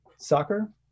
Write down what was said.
soccer